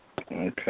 Okay